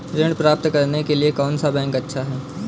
ऋण प्राप्त करने के लिए कौन सा बैंक अच्छा है?